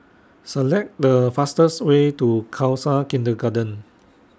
Select The fastest Way to Khalsa Kindergarten